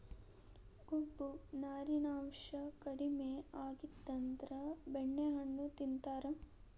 ಕೊಬ್ಬು, ನಾರಿನಾಂಶಾ ಕಡಿಮಿ ಆಗಿತ್ತಂದ್ರ ಬೆಣ್ಣೆಹಣ್ಣು ತಿಂತಾರ